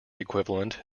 equivalent